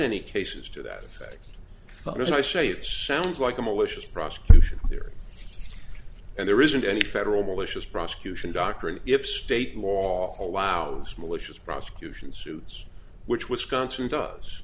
any cases to that effect but as i say it sounds like a malicious prosecution here and there isn't any federal malicious prosecution doctrine if state law allows malicious prosecution suits which wisconsin does